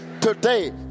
Today